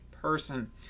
person